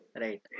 right